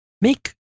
Make